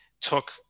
took